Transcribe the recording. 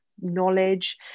knowledge